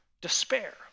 despair